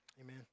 Amen